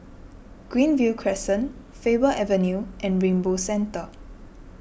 Greenview Crescent Faber Avenue and Rainbow Centre